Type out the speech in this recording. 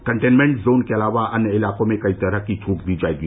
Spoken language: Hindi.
कंटेनमेन्ट जोन के अलावा अन्य इलाकों में कई तरह की छूट दी जाएगी